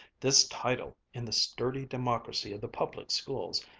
this title, in the sturdy democracy of the public schools,